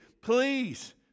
Please